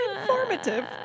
informative